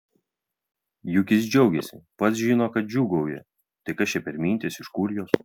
juk jis džiaugiasi pats žino kad džiūgauja tai kas čia per mintys iš kur jos